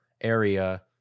area